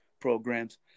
programs